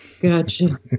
Gotcha